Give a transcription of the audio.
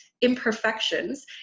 imperfections